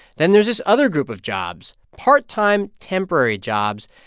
then there's this other group of jobs, part-time temporary jobs.